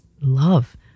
love